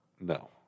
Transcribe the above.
No